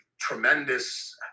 tremendous